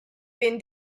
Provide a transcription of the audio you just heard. been